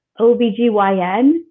OBGYN